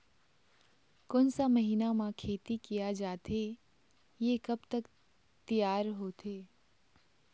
कोन सा महीना मा खेती किया जाथे ये कब तक तियार होथे?